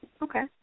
Okay